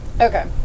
Okay